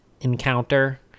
encounter